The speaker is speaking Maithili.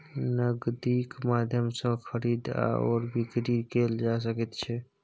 नगदीक माध्यम सँ खरीद आओर बिकरी कैल जा सकैत छै